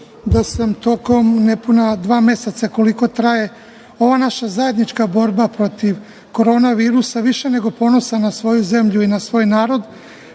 da sam nepuna dva meseca, koliko traje ova naša zajednička borba protiv Koronavirusa više nego ponosan na svoju zemlju i na svoj narod,